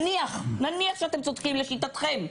נניח שאתם צודקים לשיטתכם,